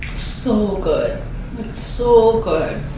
so good so good